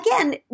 again